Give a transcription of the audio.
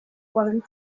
women